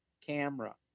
camera